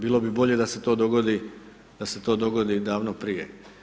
Bilo bi bolje da se to dogodi, da se to dogodi davno prije.